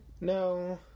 No